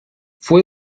fue